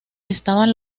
estaban